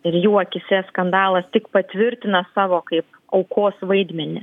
ir jų akyse skandalas tik patvirtina savo kaip aukos vaidmenį